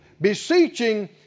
Beseeching